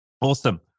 awesome